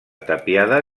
tapiada